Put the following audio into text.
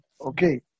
Okay